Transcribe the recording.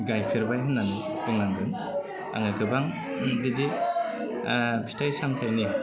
गायफेरबाय होन्नानै बुंनांगोन आङो गोबां बिदि फिथाइ सामथायनि